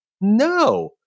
No